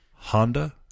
Honda